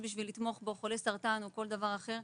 חולה סרטן או כל דבר אחר,